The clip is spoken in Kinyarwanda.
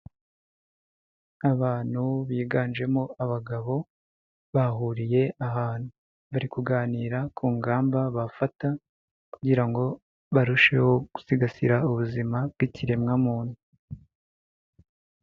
Abantu biganjemo abagabo bahuriye ahantu, bari kuganira ku ngamba bafata kugira ngo barusheho gusigasira ubuzima bw'ikiremwa muntu.